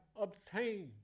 obtained